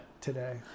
today